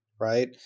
right